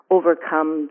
overcome